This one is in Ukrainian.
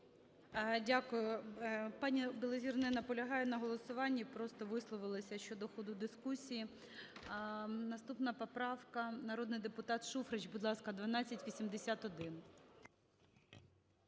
Дякую. Пані Білозір не наполягає на голосуванні, просто висловилася щодо ходу дискусії. Наступна поправка, народний депутат Шуфрич, будь ласка, 1281.